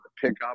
pickup